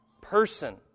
person